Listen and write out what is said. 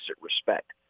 respect